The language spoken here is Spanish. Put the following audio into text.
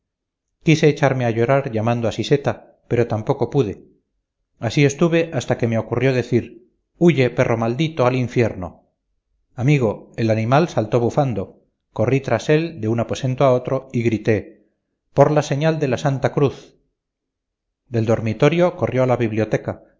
quise echarme a llorar llamando a siseta pero tampoco pude así estuve hasta que me ocurrió decir huye perro maldito al infierno amigo el animal saltó bufando corrí tras él de un aposento a otro y grité por la señal de la santa cruz del dormitorio corrió a la biblioteca